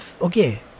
Okay